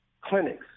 clinics